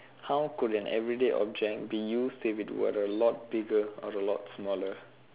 how could an everyday object be used if it were a lot bigger or a lot smaller